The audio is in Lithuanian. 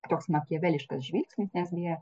toks makiaveliškas žvilgsnis nes beje